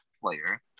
player